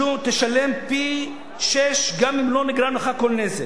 תשלום פי-שישה גם אם לא נגרם לך כל נזק,